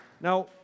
Now